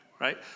right